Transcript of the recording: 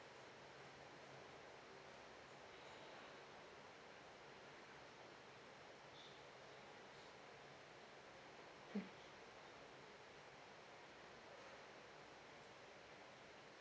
mm